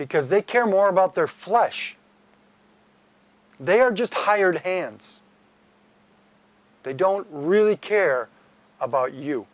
because they care more about their flesh they are just hired hands they don't really care about